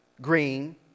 green